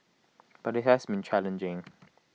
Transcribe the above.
but IT has been challenging